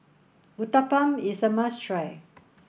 Uthapam is a must try